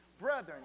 brethren